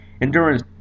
Endurance